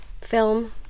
film